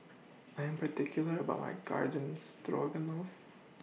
I Am particular about My Garden Stroganoff